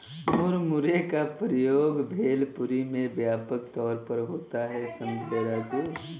मुरमुरे का प्रयोग भेलपुरी में व्यापक तौर पर होता है समझे राजू